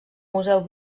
museu